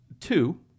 Two